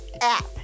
app